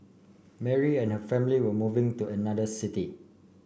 Mary and her family were moving to another city